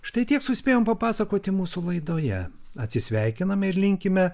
štai tiek suspėjom papasakoti mūsų laidoje atsisveikiname ir linkime